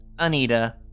Anita